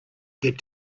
get